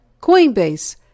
Coinbase